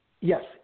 Yes